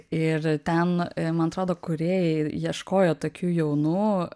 ir ten man atrodo kūrėjai ieškojo tokių jaunų